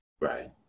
right